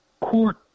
court